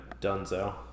donezo